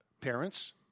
parents